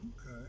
okay